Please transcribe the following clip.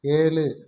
ஏழு